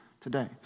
today